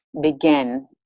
begin